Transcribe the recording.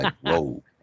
whoa